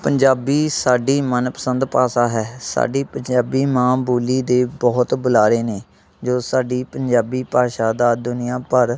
ਪੰਜਾਬੀ ਸਾਡੀ ਮਨ ਪਸੰਦ ਭਾਸ਼ਾ ਹੈ ਸਾਡੀ ਪੰਜਾਬੀ ਮਾਂ ਬੋਲੀ ਦੇ ਬਹੁਤ ਬੁਲਾਰੇ ਨੇ ਜੋ ਸਾਡੀ ਪੰਜਾਬੀ ਭਾਸ਼ਾ ਦਾ ਦੁਨੀਆਂ ਭਰ